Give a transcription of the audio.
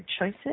Choices